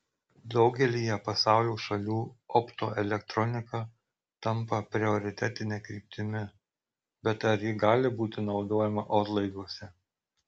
daugelyje pasaulio šalių optoelektronika tampa prioritetine kryptimi bet ar ji gali būti naudojama orlaiviuose